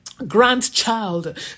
grandchild